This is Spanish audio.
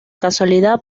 casualidad